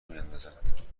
میاندازد